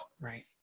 Right